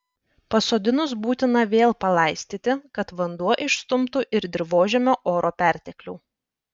pasodinus būtina vėl palaistyti kad vanduo išstumtų ir dirvožemio oro perteklių